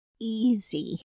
easy